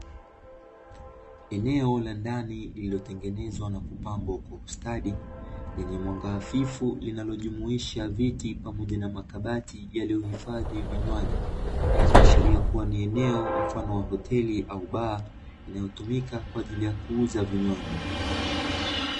Eneo la Ndani lililotengenezwa na kupambwa kwa ustadi lenye mwanga hafifu, linalojumuisha viti pamoja na makabati yaliyohifadhi vinywaji, ikiashiria kuwa ni eneo mfano wa hoteli au baa inayotumika kwa ajili ya kuuza vinywaji.